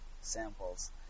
samples